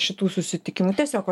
šitų susitikimų tiesiog va